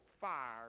fire